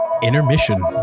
intermission